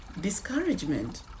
discouragement